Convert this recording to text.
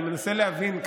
אני מנסה להבין,